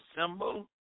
symbol